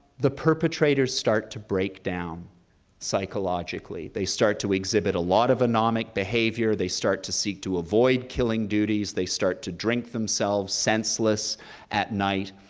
the perpetrators start to break down psychologically. they start to exhibit a lot of anomic behavior. they start to seek to avoid killing duties. they start to drink themselves senseless at night,